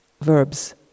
Verbs